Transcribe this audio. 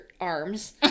arms